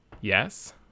Yes